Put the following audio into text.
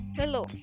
Hello